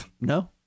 No